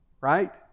Right